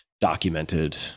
documented